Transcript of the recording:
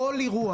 כל אירוע